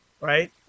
Right